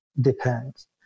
depends